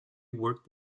worked